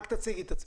תציגי את עצמך.